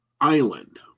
island